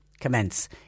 commence